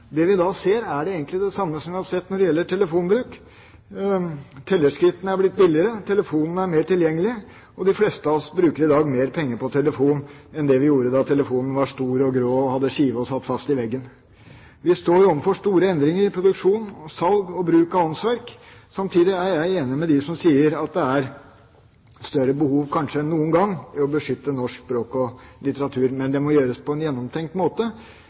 Det vi ser, er egentlig det samme som vi har sett når det gjelder telefonbruk. Tellerskrittene er blitt billigere, telefonen er mer tilgjengelig, og de fleste av oss bruker i dag mer penger på telefon enn vi gjorde da telefonen var stor og grå og hadde skive og satt fast i veggen. Vi står overfor store endringer i produksjon, salg og bruk av åndsverk. Samtidig er jeg enig med dem som sier at det er større behov enn kanskje noen gang for å beskytte norsk språk og norsk litteratur. Men dette må gjøres på en gjennomtenkt måte,